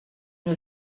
nur